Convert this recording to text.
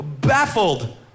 baffled